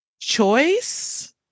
choice